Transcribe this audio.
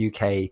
uk